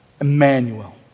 Emmanuel